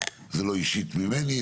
זה לא אישית ממני,